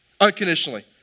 unconditionally